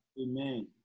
amen